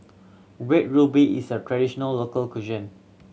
Red Ruby is a traditional local cuisine